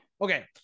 Okay